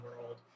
world